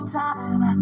time